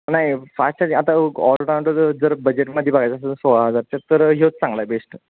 नाही fast charging आता all rounder जर बजेटमध्ये बघायचं असेल तर सोळा हजारच्या आत ह्योच चांगला आहे बेस्ट